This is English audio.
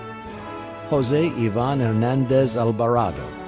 jose ivan hernandez albarado.